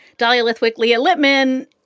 dahlia lithwick, leah lippman,